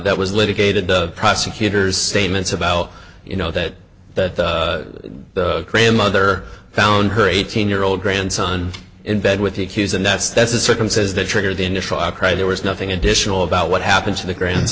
that was litigated the prosecutor's statements about you know that the grandmother found her eighteen year old grandson in bed with the accuser and that's that's a second says that triggered the initial outcry there was nothing additional about what happened to the grand